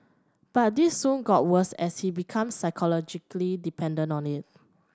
but this soon got worse as he became psychologically dependent on it